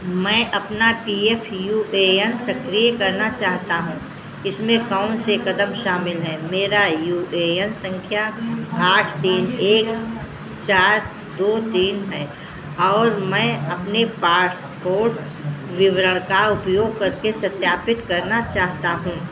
मैं अपना P F U A N सक्रिय करना चाहता हूँ इसमें कौन से कदम शामिल हैं मेरा यू ए एन संख्या आठ तीन एक चार दो तीन है और मैं अपने पासपोर्ट विवरण का उपयोग करके सत्यापित करना चाहता हूं